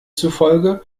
zufolge